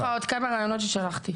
יש לך עוד כמה רעיונות ששלחתי.